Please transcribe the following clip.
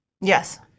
Yes